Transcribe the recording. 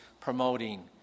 promoting